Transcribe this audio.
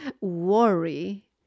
worry